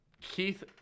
Keith